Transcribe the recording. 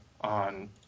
on